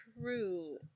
True